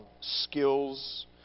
skills